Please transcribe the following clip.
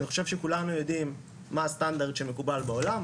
אני חושב שכולנו יודעים מה הסטנדרט שמקובל בעולם,